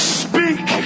speak